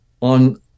on